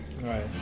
Right